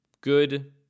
good